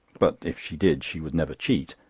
but if she did, she would never cheat.